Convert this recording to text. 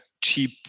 cheap